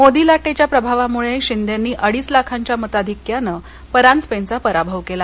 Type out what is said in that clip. मोदीलाटेच्या प्रभावामुळे शिंदेनी अडीच लाखांच्या मताधिक्यानं परांजपेंचा पराभव केला